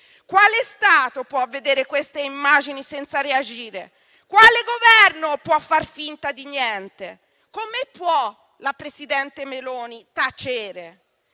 Quale Stato può vedere queste immagini senza reagire? Quale Governo può far finta di niente? Come può la presidente Meloni tacere?